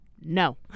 no